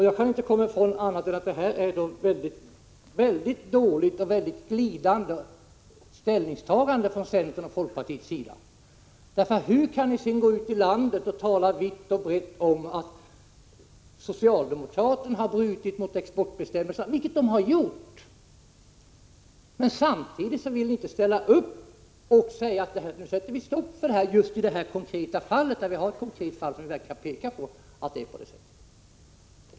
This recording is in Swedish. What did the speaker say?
Jag kan inte annat än tycka att centerns och folkpartiets ställningstagande i den här frågan är väldigt glidande. Hur kan ni med det ställningstagandet gå ut i landet och tala vitt och brett om att socialdemokraterna har brutit mot exportbestämmelserna — vilket de har gjort! — samtidigt som ni inte vill ställa upp bakom vår reservation och säga att vi skall sätta stopp för exporten just i det här konkreta fallet? Vi har ju nu ett konkret fall där vi verkligen kan peka på att man brutit mot bestämmelserna.